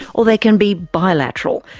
or they can be bilateral,